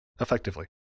effectively